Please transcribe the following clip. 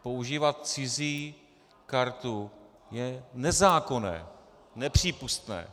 Používat cizí kartu je nezákonné, nepřípustné.